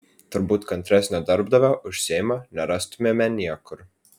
turbūt kantresnio darbdavio už seimą nerastumėme niekur